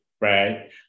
right